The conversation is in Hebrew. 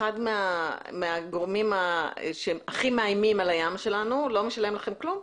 אחד מהגורמים שהכי מאיימים על הים שלנו לא משלם לכם כלום.